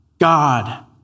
God